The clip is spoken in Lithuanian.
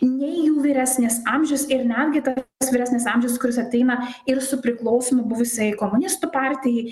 nei jų vyresnis amžius ir netgi tas vyresnis amžius kuris ateina ir su priklausymu buvusiai komunistų partijai